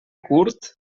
curt